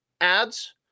ads